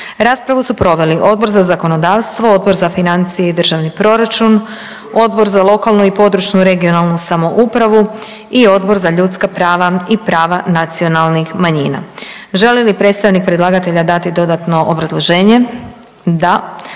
Raspravu su proveli Odbor za zakonodavstvo, Odbor za financije i državni proračun, Odbor za lokalnu i područnu (regionalnu) samoupravu i Odbor za ljudska prava i prava nacionalnih manjina. Želi li predstavnik predlagatelja dati dodatno obrazloženje? Da.